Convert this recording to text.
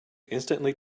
instantly